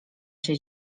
się